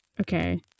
Okay